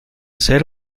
ser